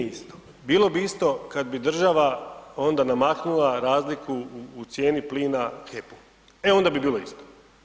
Nije isto, bilo bi isto kad bi država onda namaknula razliku u cijeni plina HEP-u, e onda bi bilo isto.